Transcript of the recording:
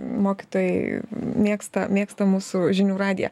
mokytojai mėgsta mėgsta mūsų žinių radiją